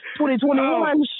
2021